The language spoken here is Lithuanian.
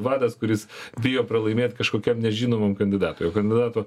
vadas kuris bijo pralaimėt kažkokiam nežinomam kandidatui o kandidato